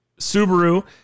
Subaru